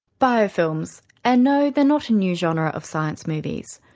biofilms, and no, they're not a new genre of science movies.